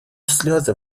слезы